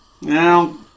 Now